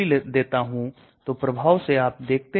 इसको देखिए sulfasalazine यह संघनित रूप में एक prodrug है